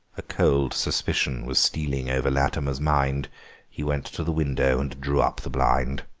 a cold suspicion was stealing over latimer's mind he went to the window and drew up the blind.